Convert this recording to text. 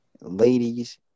ladies